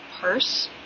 parse